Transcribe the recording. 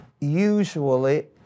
Usually